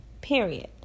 period